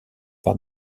par